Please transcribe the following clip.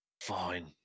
fine